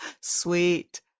Sweet